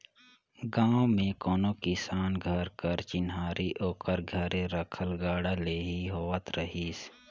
गाँव मे कोनो किसान घर कर चिन्हारी ओकर घरे रखल गाड़ा ले ही होवत रहिस